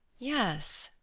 yes,